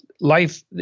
Life